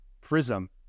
prism